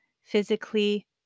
Physically